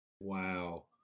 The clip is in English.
Wow